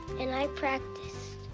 and i practiced,